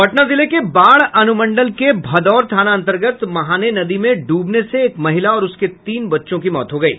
पटना जिले के बाढ अनुमंडल के भदौर थाना अन्तर्गत महाने नदी में ड्बने से एक महिला और उसके तीन बच्चों की मौत हो गयी